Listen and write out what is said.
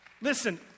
Listen